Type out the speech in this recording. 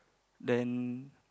then